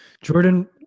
Jordan